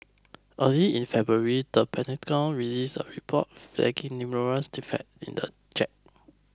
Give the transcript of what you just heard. early in February the Pentagon released a report flagging numerous deficiencies in the jet